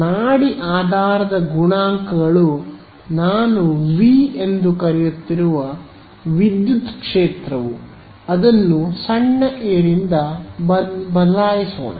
ನಾಡಿ ಆಧಾರದ ಗುಣಾಂಕಗಳು ನಾನು ವಿ ಎಂದು ಕರೆಯುತ್ತಿರುವ ವಿದ್ಯುತ್ ಕ್ಷೇತ್ರವು ಅದನ್ನು ಸಣ್ಣ ಎ ರಿಂದ ಬದಲಾಯಿಸೋಣ